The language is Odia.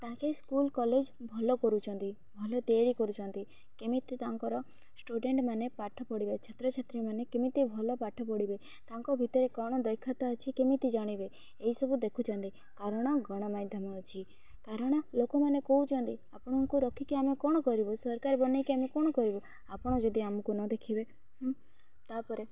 ତାଙ୍କେ ସ୍କୁଲ କଲେଜ ଭଲ କରୁଛନ୍ତି ଭଲ ତିଆରି କରୁଛନ୍ତି କେମିତି ତାଙ୍କର ଷ୍ଟୁଡେଣ୍ଟମାନେ ପାଠ ପଢ଼ିବେ ଛାତ୍ର ଛାତ୍ରୀମାନେ କେମିତି ଭଲ ପାଠ ପଢ଼ିବେ ତାଙ୍କ ଭିତରେ କଣ ଦକ୍ଷତା ଅଛି କେମିତି ଜାଣିବେ ଏଇସବୁ ଦେଖୁଛନ୍ତି କାରଣ ଗଣମାଧ୍ୟମ ଅଛି କାରଣ ଲୋକମାନେ କହୁଛନ୍ତି ଆପଣଙ୍କୁ ରଖିକି ଆମେ କ'ଣ କରିବୁ ସରକାର ବନେଇକି ଆମେ କ'ଣ କରିବୁ ଆପଣ ଯଦି ଆମକୁ ନ ଦେଖିବେ ତା'ପରେ